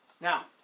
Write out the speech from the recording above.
now